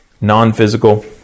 non-physical